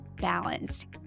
balanced